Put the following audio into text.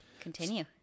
Continue